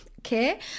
okay